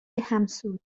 همسود